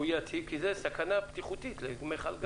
כי זו סכנה בטיחות למיכל גז.